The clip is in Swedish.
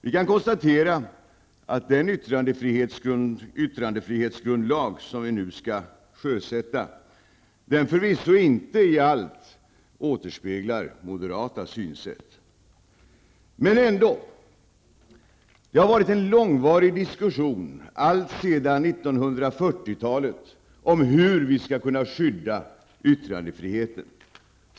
Vi kan konstatera att den yttrandefrihetsgrundlag som vi nu skall sjösätta förvisso inte i allt återspeglar moderata synsätt. Det har varit en långvarig diskussion alltsedan 1940-talet om hur vi skall kunna skydda yttrandefriheten.